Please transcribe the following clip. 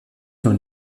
dans